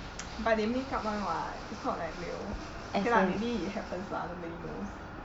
but they make up [one] [what] it's not like real okay lah maybe it happens lah nobody knows